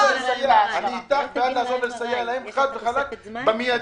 אני אתך ובעד לעזור להם חד וחלק ובמידי.